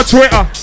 Twitter